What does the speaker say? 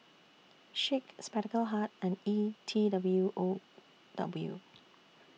Schick Spectacle Hut and E T W O W